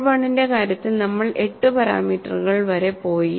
mode I ന്റെ കാര്യത്തിൽ നമ്മൾ 8 പാരാമീറ്ററുകൾ വരെ പോയി